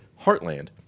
HEARTLAND